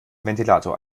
ventilator